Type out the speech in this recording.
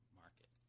market